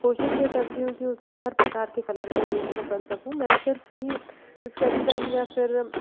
कोशिश ये करती हूँ कि उसमें हर प्रकार के कलर का यूज मैं कर सकूँ मैं सिर्फ ही स्केच पेन या फिर